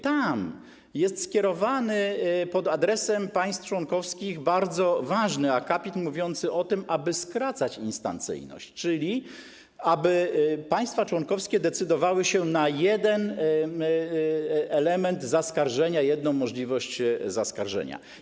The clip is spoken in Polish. Tam jest skierowany pod adresem państw członkowskich bardzo ważny akapit mówiący o tym, aby skracać instancyjność, czyli aby państwa członkowskie decydowały się na jeden element zaskarżenia, jedną możliwość zaskarżenia.